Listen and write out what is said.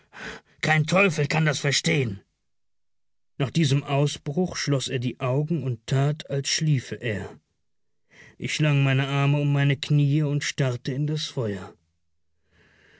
kein teufel kann das verstehen nach diesem ausbruch schloß er die augen und tat als schliefe er ich schlang meine arme um meine knie und starrte in das feuer